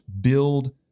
build